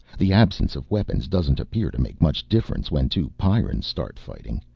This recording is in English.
the absence of weapons doesn't appear to make much difference when two pyrrans start fighting.